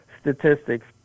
statistics